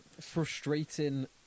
frustrating